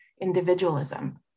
individualism